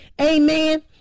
Amen